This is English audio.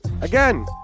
Again